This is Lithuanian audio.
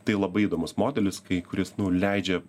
tai labai įdomus modelis kai kuris leidžia